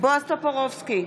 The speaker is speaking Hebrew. בועז טופורובסקי,